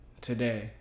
today